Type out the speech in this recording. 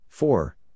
Four